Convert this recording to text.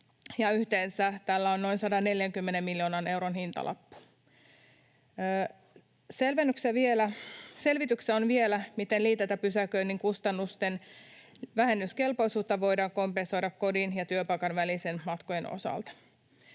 yhteensä tällä on noin 140 miljoonan euron hintalappu. On vielä selvityksessä, miten liityntäpysäköinnin kustannusten vähennyskelpoisuudella voidaan kompensoida kuluja kodin ja työpaikan välisten matkojen osalta.